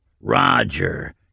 Roger